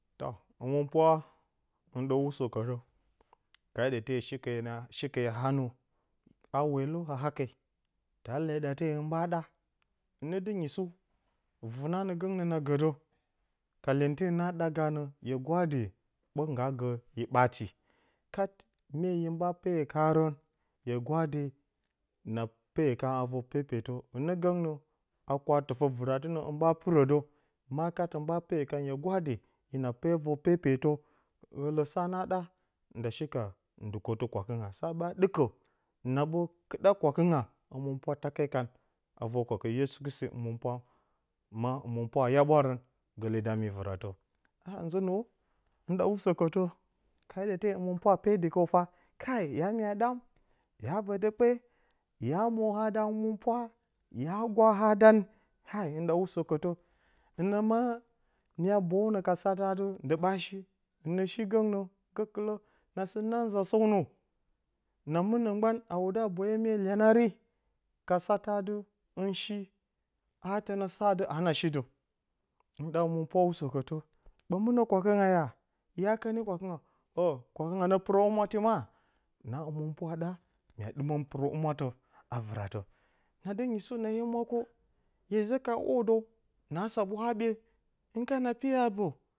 Təh, həmɨnpwa hɨ dəw, usəkətə, ka da te hye shikeena, hye shike ha haa nə, haa hwelə ha hake talee ɗate hɨn ɓaa ɗa, hɨnə dɨ nyisu, vɨnanə gəgnə na gədə ka iyente na ɗaa gaanə, hye gwaaɗɨ ɓə ngga gə i, ɓaati. Kat mye hin ɓa peyo kaarə, hye gwaadi, na peeyo, kaarə a vor pepetə hɨnə nggəgnə haa kwa-tɨfə vɨrate tnə, hɨn ɓa pɨrə də hye gwaadi, maa kat hɨ ɓa peyo kan hye gwaadi, gəkɨlə saa, na ɗa nda shika ndɨk kwotɨ kwakɨ ngga, sa ɓe ɗɨkə na ɓə kɨɗa kwakɨ ngga, həmɨnpwa take kan a vor kwakɨ yesu kristi. Həmɨnpwa, maa, həmɨnpwa a yaɓwarə gəkɨlə lee daa mi vɨratə. ah zɨ nwo, hɨ ɗa usəkətə ka kai te həmɨnpwa a peedɨ, kəw kai ya mya ɗam, ya bətə kpe, ya mwoha da həmɨnpwa, ya gwaa dan, hɨnə maa mya boyouno ka satə atɨ, ndɨ ɓa shi, hɨnə shi gəngnə gəkɨlə na sɨ naa nzaa səwnə, naa mɨnə gban, a wudə a boyo mye iyanari, ka satə, adɨ, hɨ, shi a haa təna saa adɨ hana shi də. Hɨn ɗaa həmɨnpwa usəkətə, kɓə mɨnə kwakɨ ngga yaa, ya kəni kwakɨ ngga kwakɨ ngga nə pɨrə humwati man na həmɨnpwa a ɗaa mya ɗɨməm pɨrə humwatə, a vɨrə, na dɨ nyisu na yo mwa kwo, hye zaki haa hwodəw. na saɓwa haɓye, hɨn kana piya a bə.